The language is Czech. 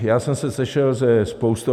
Já jsem se sešel se spoustou...